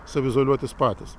saviizoliuotis patys